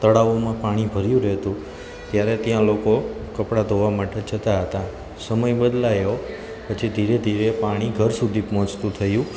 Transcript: તળાવોમાં પાણી ભર્યું રહેતું ત્યારે ત્યાં લોકો કપડાં ધોવા માટે જતાં હતા સમય બદલાયો પછી ધીરે ધીરે પાણી ઘર સુધી પહોંચતું થયું